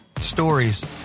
stories